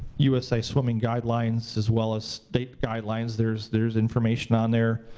usa swimming guidelines, as well as state guidelines, there's there's information on there.